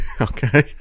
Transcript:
Okay